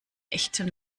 echten